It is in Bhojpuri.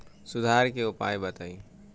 सुधार के उपाय बताई?